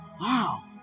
wow